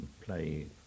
play